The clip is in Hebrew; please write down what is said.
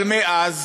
אבל מאז,